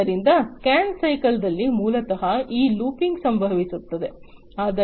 ಆದ್ದರಿಂದ ಸ್ಕ್ಯಾನ್ ಸೈಕಲ್ದಲ್ಲಿ ಮೂಲತಃ ಈ ಲೂಪಿಂಗ್ ಸಂಭವಿಸುತ್ತದೆ